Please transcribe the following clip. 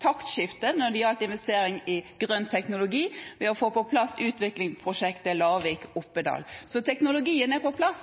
når det gjaldt investering i grønn teknologi, ved å få på plass utviklingsprosjektet Lavik–Oppedal. Teknologien er på plass,